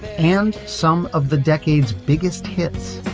and some of the decade's biggest hits